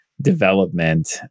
development